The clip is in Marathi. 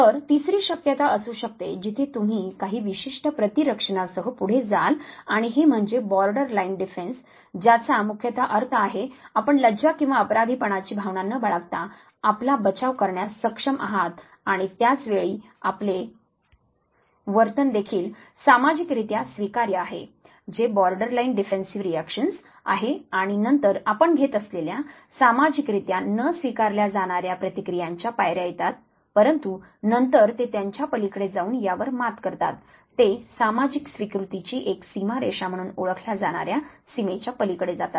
तर तिसरी शक्यता असू शकते जिथे तुम्ही काही विशिष्ट प्रतिरक्षणासह पुढे जाल आणि हे म्हणजे बॉर्डरलाइन डिफेंस ज्याचा मुख्यतः अर्थ आहे आपण लज्जा किंवा अपराधीपणाची भावना न बाळगता आपला बचाव करण्यास सक्षम आहात आणि त्याच वेळी आपले वर्तन देखील सामाजिकरित्या स्वीकार्य आहे जे बॉर्डरलाइन डिफेंसीव रिएक्शन्स आहे आणि नंतर आपण घेत असलेल्या सामाजिकरित्या न स्वीकारल्या जाणार्या प्रतिक्रियांच्या पायऱ्या येतात परंतु नंतर ते त्यांच्या पलीकडे जाऊन यावर मात करतात ते सामाजिक स्वीकृतीची एक सीमारेषा म्हणून ओळखल्या जाणार्या सीमेच्या पलीकडे जातात